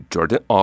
Jordan